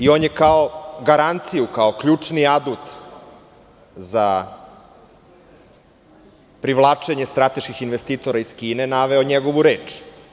On je kao garanciju, kao ključni adut za privlačenje strateških investitora iz Kine naveo njegovu reč.